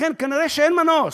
לכן, כנראה אין מנוס,